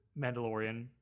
Mandalorian